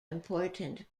important